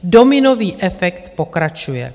Dominový efekt pokračuje.